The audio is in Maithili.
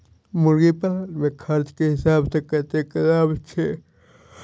मुर्गी पालन मे खर्च केँ हिसाब सऽ कतेक लाभ छैय?